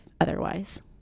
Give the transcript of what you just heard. otherwise